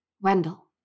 Wendell